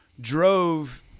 drove